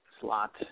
slot